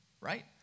Right